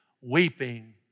Weeping